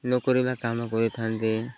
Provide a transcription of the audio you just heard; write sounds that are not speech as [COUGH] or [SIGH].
[UNINTELLIGIBLE] ବା କାମ କରିଥାନ୍ତି